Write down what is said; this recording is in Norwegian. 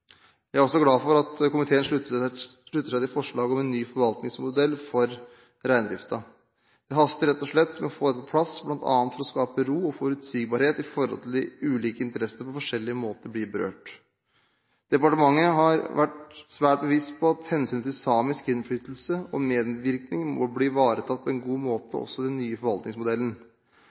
Jeg er også glad for at komiteen slutter seg til forslaget om en ny forvaltningsmodell for reindriften. Det haster rett og slett med å få dette på plass, bl.a. for å skape ro og forutsigbarhet i forhold til de ulike interessene som på forskjellige måter blir berørt. Departementet har vært svært bevisst på at hensynet til samisk innflytelse og medvirkning må bli ivaretatt på en god måte også i den nye forvaltningsmodellen.